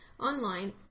online